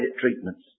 treatments